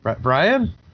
Brian